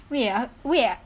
wait ah wait